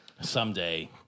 Someday